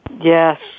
Yes